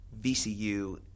VCU